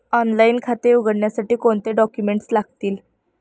Online खाते उघडण्यासाठी कोणते डॉक्युमेंट्स लागतील?